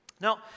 Now